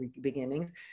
beginnings